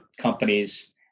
companies